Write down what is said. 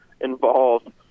involved